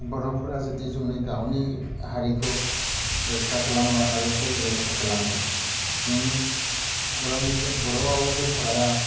बर'फोरा जुदि जोंनि गावनि हारिखौ रैखा खालामा आरो सोर रैखा खालामगोन जोंनि बर' बिजों बर' रावजों फराया